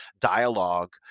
dialogue